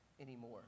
anymore